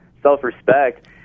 Self-respect